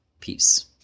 Peace